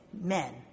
men